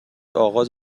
اغاز